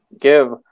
give